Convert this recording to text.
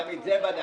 גם את זה בדקנו.